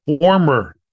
former